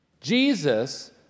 Jesus